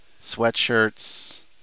sweatshirts